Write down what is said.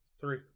Three